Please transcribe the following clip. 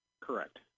Correct